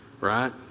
Right